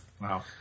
Wow